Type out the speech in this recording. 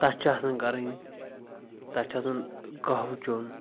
تتھ چھِ آسان کرٕنۍ تتھ چھِ آسان کٔہوٕ چٮ۪وٚن